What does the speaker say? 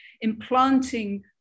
implanting